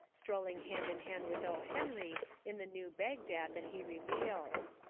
strolling hand in hand with o. henry in the new bagdad that he reveals.